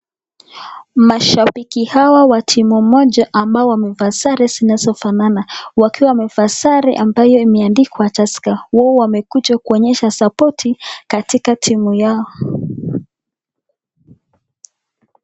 Mashambiki hawa wa timu moja ambao wamevaa sare zinazofanana wakiwa wamevaa sare ambayo imeandikwa Tusker. Wao wamekuja kuonyesha support katika timu yao.